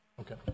Okay